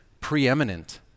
preeminent